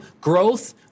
growth